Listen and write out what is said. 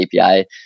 API